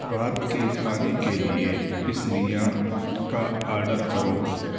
رات کے کھانے کے لیے پسلیاں کا آڈر کرو